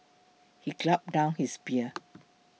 he gulped down his beer